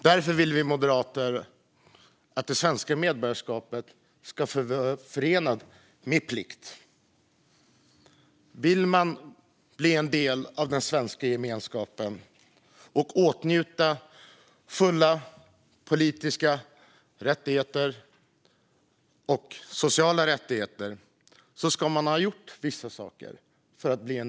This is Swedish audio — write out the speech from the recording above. Därför vill vi moderater att det svenska medborgarskapet ska vara förenat med plikt. Om man vill bli en del av den svenska gemenskapen och fullt ut åtnjuta politiska och sociala rättigheter ska man ha gjort vissa saker.